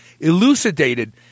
elucidated